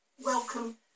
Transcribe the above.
welcome